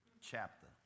chapter